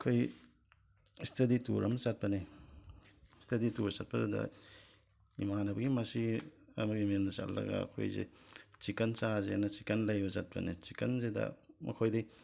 ꯑꯩꯈꯣꯏ study tour ꯑꯃ ꯆꯠꯄꯅꯦ ꯁ꯭ꯇꯗꯤ ꯇꯨꯔ ꯆꯠꯄꯗꯨꯗ ꯏꯃꯥꯅꯕꯒꯤ ꯃꯆꯦ ꯑꯃꯒꯤ ꯃꯌꯨꯝꯗ ꯆꯠꯂꯒ ꯑꯩꯈꯣꯏꯁꯦ ꯆꯤꯀꯟ ꯆꯥꯁꯦꯅ ꯆꯤꯀꯟ ꯂꯩꯕ ꯆꯠꯄꯅꯦ ꯆꯤꯀꯟꯁꯤꯗ ꯃꯈꯣꯏꯗꯤ